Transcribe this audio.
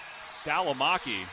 Salamaki